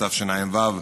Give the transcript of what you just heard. התשע"ו 2016,